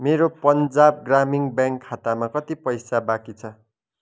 मेरो पञ्जाब ग्रामिण ब्याङ्क खातामा कति पैसा बाँकी छ